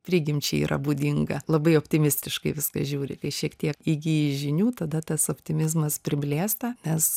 prigimčiai yra būdinga labai optimistiškai viską žiūri kai šiek tiek įgyji žinių tada tas optimizmas priblėsta nes